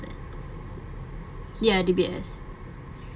ya D_B_S